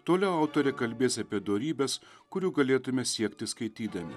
toliau autorė kalbės apie dorybes kurių galėtume siekti skaitydami